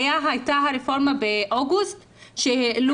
אני מסכימה עם הגברת שדיברה פה.